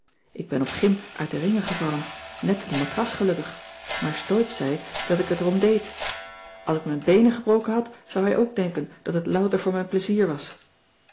ik ben op gym uit de ringen gevallen net cissy van marxveldt de h b s tijd van joop ter heul op de matras gelukkig maar steub zei dat ik het er om deed als ik mijn beenen gebroken had zou hij ook denken dat het louter voor mijn plezier was